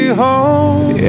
home